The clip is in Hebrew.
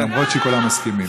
למרות שכולם מסכימים.